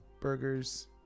burgers